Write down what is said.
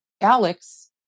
Alex